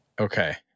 Okay